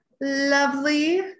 lovely